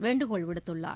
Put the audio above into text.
வேண்டுகோள் விடுத்துள்ளார்